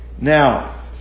now